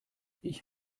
ich